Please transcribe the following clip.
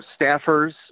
staffers